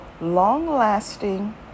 long-lasting